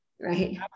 right